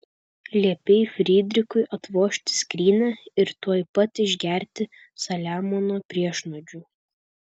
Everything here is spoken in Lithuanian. liepei frydrichui atvožti skrynią ir tuoj pat išgerti saliamono priešnuodžių